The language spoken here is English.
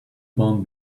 born